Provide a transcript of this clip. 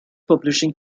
publishing